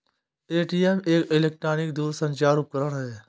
ATM एक electronic दूरसंचार उपकरण है